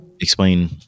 Explain